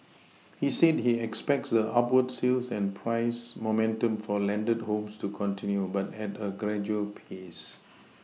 he said he expects the upward sales and price momentum for landed homes to continue but at a gradual pace